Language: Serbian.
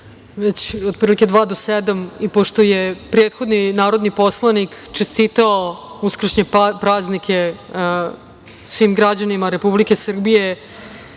već dva minuta do sedam i pošto je prethodni narodni poslanik čestitao Uskršnje praznike svim građanima Republike Srbije